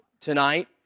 tonight